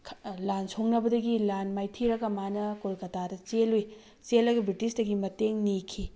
ꯂꯥꯟ ꯁꯣꯛꯅꯕꯗꯒꯤ ꯂꯥꯟ ꯃꯥꯏꯊꯤꯔꯒ ꯃꯥꯅ ꯀꯣꯜꯀꯇꯥꯗ ꯆꯦꯜꯂꯨꯏ ꯆꯦꯜꯂꯒ ꯕ꯭ꯔꯤꯇꯤꯁꯇꯒꯤ ꯃꯇꯦꯡ ꯅꯤꯈꯤ